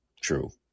true